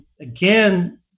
again